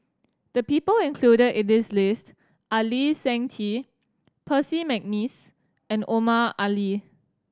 the people included in this list are Lee Seng Tee Percy McNeice and Omar Ali